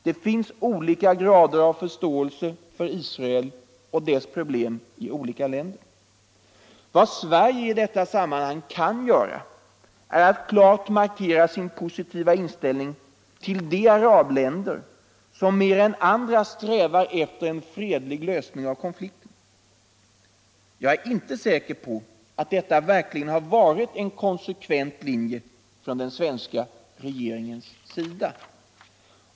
Det finns olika grader av förståelse för Israel och dess problem i skilda länder. Vad Sverige i detta sammanhang kan göra är att klart markera sin positiva inställning till de arabländer som mer än andra strävar efter en fredlig lösning av konflikten. Jag är inte säker på att detta verkligen har varit en konsekvent linje från den svenska regeringens sida.